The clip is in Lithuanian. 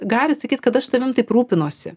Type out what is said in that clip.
gali sakyt kad aš tavim taip rūpinuosi